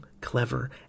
clever